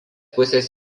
pusės